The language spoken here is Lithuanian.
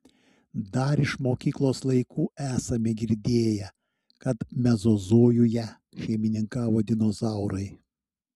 dar iš mokyklos laikų esame girdėję kad mezozojuje šeimininkavo dinozaurai